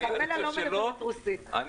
לא,